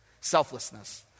Selflessness